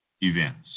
events